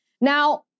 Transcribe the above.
Now